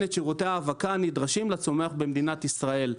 את שירותי ההאבקה הנדרשים לצומח במדינת ישראל.